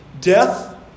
death